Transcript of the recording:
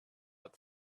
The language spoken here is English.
its